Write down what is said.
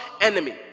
enemy